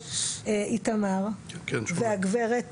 איתמר וגברת